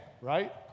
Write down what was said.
right